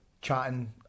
chatting